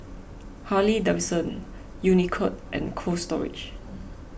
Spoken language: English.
Harley Davidson Unicurd and Cold Storage